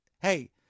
hey